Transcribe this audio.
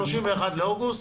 31 באוגוסט,